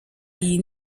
iyi